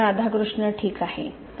राधाकृष्ण ठीक आहे डॉ